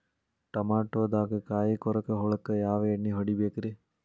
ಟಮಾಟೊದಾಗ ಕಾಯಿಕೊರಕ ಹುಳಕ್ಕ ಯಾವ ಎಣ್ಣಿ ಹೊಡಿಬೇಕ್ರೇ?